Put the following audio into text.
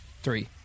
Three